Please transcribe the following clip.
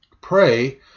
Pray